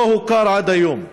שלא הוכר עד היום,